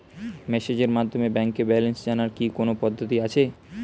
মেসেজের মাধ্যমে ব্যাংকের ব্যালেন্স জানার কি কোন পদ্ধতি আছে?